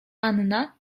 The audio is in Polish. anna